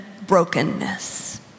brokenness